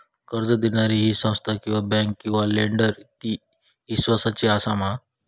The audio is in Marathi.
कर्ज दिणारी ही संस्था किवा बँक किवा लेंडर ती इस्वासाची आसा मा?